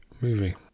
movie